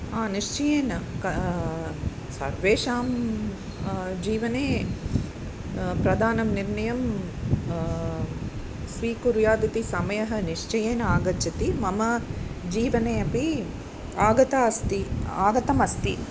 हा निश्चयेन का सर्वेषां जीवने प्रधानं निर्णयं स्वीकुर्यात् इति समयः निश्चयेन आगच्छति मम जीवने अपि आगतः अस्ति आगतम् अस्ति